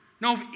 No